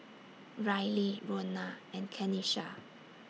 Ryley Rona and Kenisha